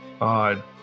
Odd